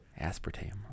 Aspartame